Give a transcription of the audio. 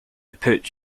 put